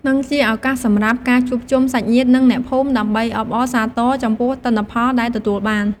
និងជាឱកាសសម្រាប់ ការជួបជុំសាច់ញាតិ និងអ្នកភូមិ ដើម្បីអបអរសាទរចំពោះទិន្នផលដែលទទួលបាន។